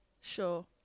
sure